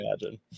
imagine